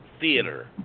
theater